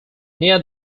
near